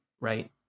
right